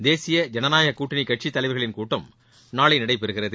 தேசிய ஜனநாயகக் கூட்டணிகட்சித் தலைவர்களின் கூட்டம் நாளை நடைபெறுகிறது